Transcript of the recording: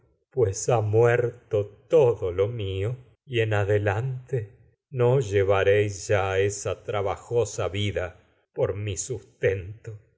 pues no ha muerto mío y en adelante llevaréis ya esa trabajosa vida por mi sustento